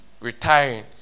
retiring